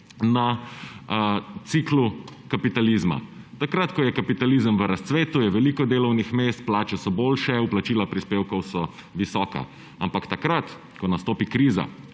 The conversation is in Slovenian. na ciklu kapitalizma. Takrat ko je kapitalizem v razcvetu, je veliko delovnih mest, plače so boljše, vplačila prispevkov so visoka. Ampak takrat, ko nastopi kriza,